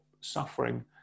suffering